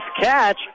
catch